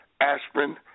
Aspirin